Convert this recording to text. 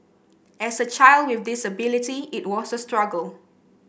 as a child with disability it was a struggle